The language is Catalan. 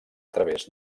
través